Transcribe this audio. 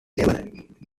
lebanon